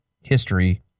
history